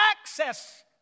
access